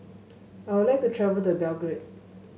I would like to travel to Belgrade